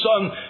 Son